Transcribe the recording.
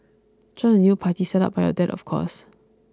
join the new party set up by your dad of course